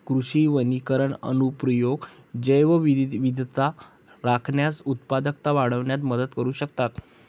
कृषी वनीकरण अनुप्रयोग जैवविविधता राखण्यास, उत्पादकता वाढविण्यात मदत करू शकतात